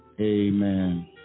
Amen